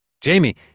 Jamie